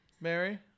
Mary